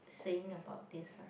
saying about this ah